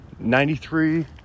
93